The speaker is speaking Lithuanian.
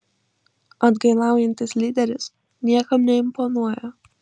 atgailaujantis lyderis niekam neimponuoja